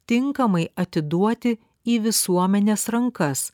tinkamai atiduoti į visuomenės rankas